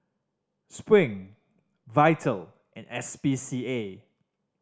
Spring Vital and S P C A